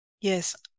Yes